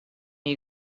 you